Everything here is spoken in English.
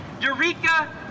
Eureka